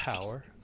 power